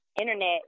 internet